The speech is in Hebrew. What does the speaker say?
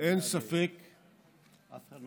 אין ספק שהלומי